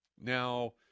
now